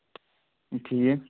ٹھیٖک